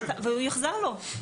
והוא יוחזר לו.